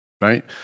right